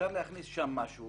אפשר להכניס שם משהו